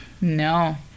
no